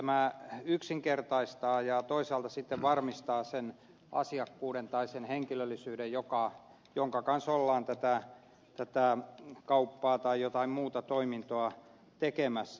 tämä yksinkertaistaa ja toisaalta sitten varmistaa sen asiakkuuden tai sen henkilöllisyyden jonka kanssa ollaan tätä kauppaa tai jotain muuta toimintoa tekemässä